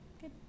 Good